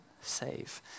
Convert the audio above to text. save